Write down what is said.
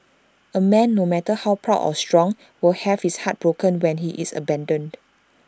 A man no matter how proud or strong will have his heart broken when he is abandoned